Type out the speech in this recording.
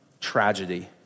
tragedy